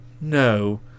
No